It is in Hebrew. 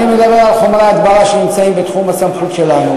אני מדבר על חומרי הדברה שנמצאים בתחום הסמכות שלנו.